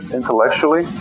intellectually